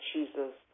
Jesus